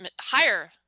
higher